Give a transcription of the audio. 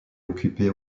occupé